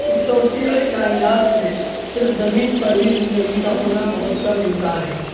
اس توسیعی کائنات میں صرف زمین پر ہی زندگی کا ہونا بہت کم امکان ہے